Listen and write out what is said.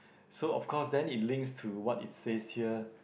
so of course then it links to what is says here